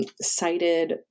cited